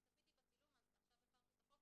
צפיתי בצילום, אז עכשיו עברתי על החוק?